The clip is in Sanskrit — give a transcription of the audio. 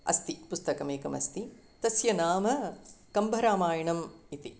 अस्ति पुस्तकमेकमस्ति तस्य नाम कम्बरामायणम् इति